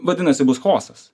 vadinasi bus chaosas